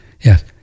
Yes